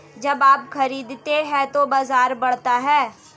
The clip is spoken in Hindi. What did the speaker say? जब आप खरीदते हैं तो बाजार बढ़ता है